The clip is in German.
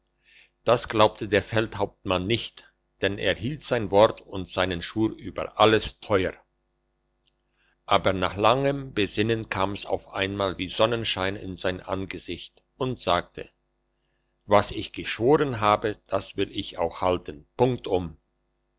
das glaubte der feldhauptmann nicht denn er hielt sein wort und seinen schwur über alles teuer aber nach langem besinnen kam's auf einmal wie sonnenschein in sein angesicht und sagte was ich geschworen habe das will ich auch halten punktum